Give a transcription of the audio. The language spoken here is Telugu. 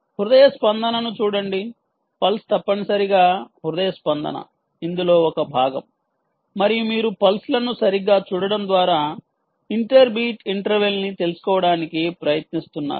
హృదయ స్పందనను చూడండి పల్స్ తప్పనిసరిగా హృదయ స్పందన ఇందులో ఒక భాగం మరియు మీరు పల్స్ లను సరిగ్గా చూడటం ద్వారా ఇంటర్ బీట్ ఇంటర్వెల్ ని తెలుసుకోవడానికి ప్రయత్నిస్తున్నారు